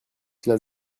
cela